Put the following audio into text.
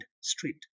street